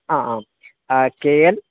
आम् के एल्